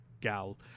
Gal